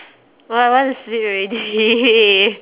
oh I want to sleep already